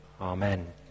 Amen